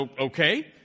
okay